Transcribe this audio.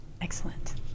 Excellent